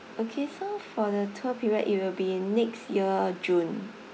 okay so for the tour period it will be next year june